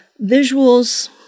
visuals